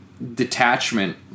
detachment